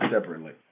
separately